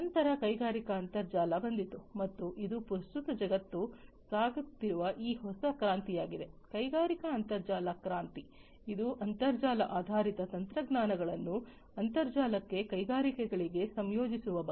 ನಂತರ ಕೈಗಾರಿಕಾ ಅಂತರ್ಜಾಲ ಬಂದಿತು ಮತ್ತು ಇದು ಪ್ರಸ್ತುತ ಜಗತ್ತು ಸಾಗುತ್ತಿರುವ ಈ ಹೊಸ ಕ್ರಾಂತಿಯಾಗಿದೆ ಕೈಗಾರಿಕಾ ಅಂತರ್ಜಾಲ ಕ್ರಾಂತಿ ಇದು ಅಂತರ್ಜಾಲ ಆಧಾರಿತ ತಂತ್ರಜ್ಞಾನಗಳನ್ನು ಅಂತರ್ಜಾಲಕ್ಕೆ ಕೈಗಾರಿಕೆಗಳಿಗೆ ಸಂಯೋಜಿಸುವ ಬಗ್ಗೆ